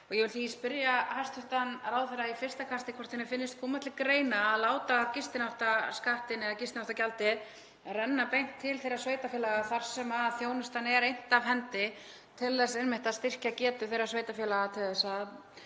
Ég vil því spyrja hæstv. ráðherra í fyrsta kasti hvort henni finnist koma til greina að láta gistináttaskattinn, eða gistináttagjaldið, renna beint til þeirra sveitarfélaga þar sem þjónustan er innt af hendi til þess að styrkja getu þeirra sveitarfélaga til að